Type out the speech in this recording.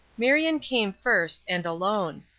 marion came first, and alone.